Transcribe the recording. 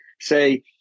say